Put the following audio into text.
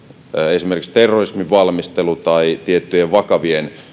esimerkiksi terrorismin valmistelu tai tiettyihin vakaviin